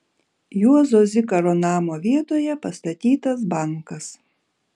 juozo zikaro namo vietoje pastatytas bankas